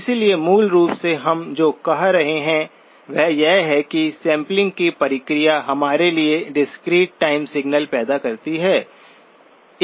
इसलिए मूल रूप से हम जो कह रहे हैं वह यह है कि सैंपलिंग की प्रक्रिया हमारे लिए डिस्क्रीट टाइम सिग्नल पैदा करती है